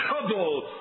trouble